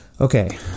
Okay